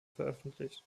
veröffentlicht